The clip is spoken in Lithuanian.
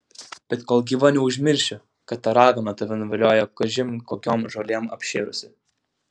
bet kol gyva neužmiršiu kad ta ragana tave nuviliojo kažin kokiom žolėm apšėrusi